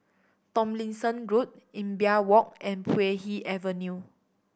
Tomlinson Road Imbiah Walk and Puay Hee Avenue